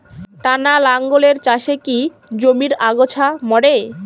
টানা লাঙ্গলের চাষে কি জমির আগাছা মরে?